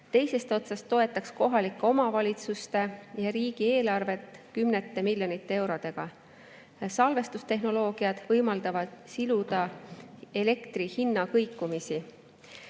teisest otsast toetaks kohalike omavalitsuste ja riigi eelarvet kümnete miljonite eurodega. Salvestustehnoloogiad võimaldavad siluda elektri hinna kõikumisi.